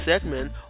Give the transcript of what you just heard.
segment